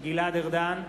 גלעד ארדן,